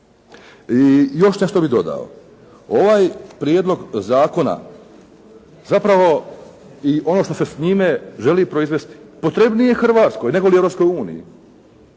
I još nešto bi dodao. Ovaj prijedlog zakona zapravo i ono što se s njime želi proizvesti, potrebniji je Hrvatskoj nego Europskoj uniji.